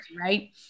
right